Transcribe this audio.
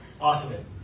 Awesome